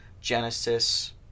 Genesis